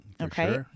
Okay